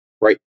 right